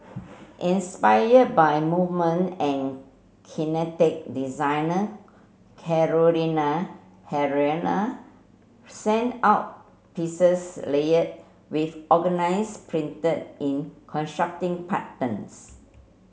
inspired by movement and kinetic designer Carolina Herrera sent out pieces layered with organza printed in contrasting patterns